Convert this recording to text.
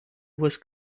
was